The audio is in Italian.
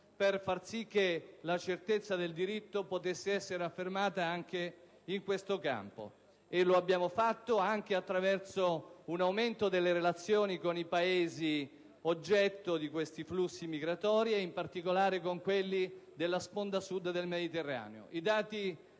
per far sì che la certezza del diritto potesse essere affermata anche in questo campo. Lo abbiamo fatto anche attraverso un aumento delle relazioni con i Paesi di provenienza di questi flussi migratori, in particolare, con quelli della sponda Sud del Mediterraneo. I dati